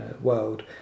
world